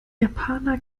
japaner